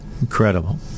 Incredible